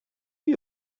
die